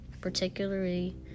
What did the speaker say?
particularly